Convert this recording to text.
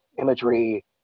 imagery